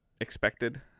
expected